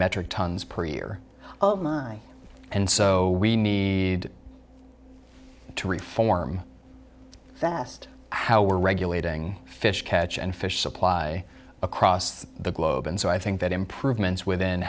metric tons per year of mine and so we need to reform fast how we're regulating fish catch and fish supply across the globe and so i think that improvements within